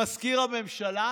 למזכיר הממשלה